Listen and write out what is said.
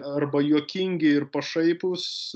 arba juokingi ir pašaipūs